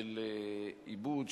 של עיבוד,